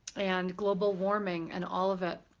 and global warming, and all of it.